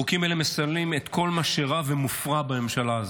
חוקים אלה מסמלים את כל מה שרע ומופרע בממשלה הזאת.